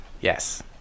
Yes